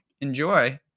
Enjoy